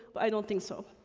but i don't think so.